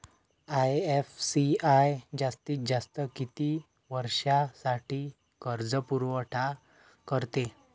IFCI जास्तीत जास्त किती वर्षासाठी कर्जपुरवठा करते?